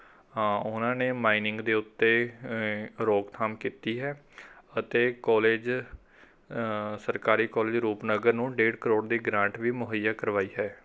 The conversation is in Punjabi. ਹਾਂ ਉਹਨਾਂ ਨੇ ਮਾਈਨਿੰਗ ਦੇ ਉੱਤੇ ਰੋਕਥਾਮ ਕੀਤੀ ਹੈ ਅਤੇ ਕੋਲਜ ਸਰਕਾਰੀ ਕੋਲਜ ਰੂਪਨਗਰ ਨੂੰ ਡੇਢ ਕਰੋੜ ਦੀ ਗਰਾਂਟ ਵੀ ਮੁੱਹਈਆ ਕਰਵਾਈ ਹੈ